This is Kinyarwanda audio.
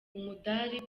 umudari